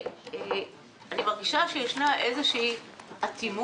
אני מרגישה שיש איזו אטימות.